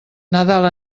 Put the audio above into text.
nadal